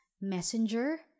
Messenger